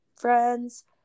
friends